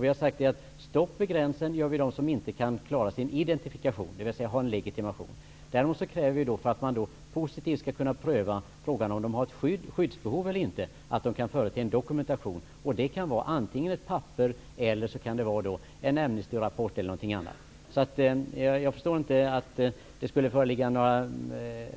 Vi har sagt att det skall vara stopp vid gränsen för dem som inte kan klara sin identifikation, dvs. inte har legitimation. För att kunna positivt pröva frågan om skyddsbehov kräver vi att de skall kunna förete en dokumentation. Det kan antingen vara ett papper eller en Amnestyrapport e.d. Jag förstår inte att det skulle föreligga